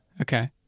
okay